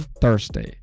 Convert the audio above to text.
Thursday